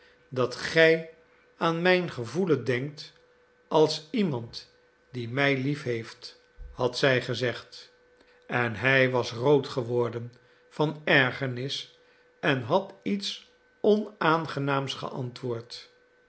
dat gij aan mijn gevoelen denkt als iemand die mij lief heeft had zij gezegd en hij was rood geworden van ergernis en had iets onaangenaams geantwoord